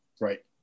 Right